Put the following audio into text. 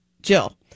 Jill